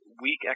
weak